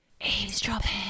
Eavesdropping